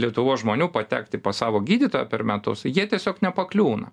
lietuvos žmonių patekti pas savo gydytoją per metus jie tiesiog nepakliūna